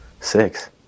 Six